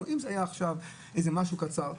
אם זה היה עכשיו משהו קצר,